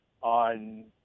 on